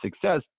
success